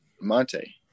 Monte